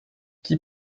qui